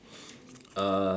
uh